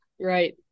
Right